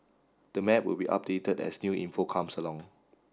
the map will be updated as new info comes along